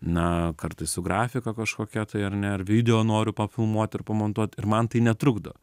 na kartais su grafika kažkokia tai ar ne ar video noriu pafilmuoti ir pamontuot ir man tai netrukdo